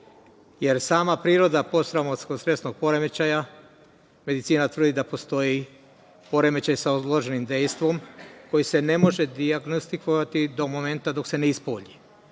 priroda postraumatskog stresnog poremećaja medicina tvrdi da postoji poremećaj sa odloženim dejstvom koji se ne može dijagnostikovati do momenta dok se ne ispolji. Prema,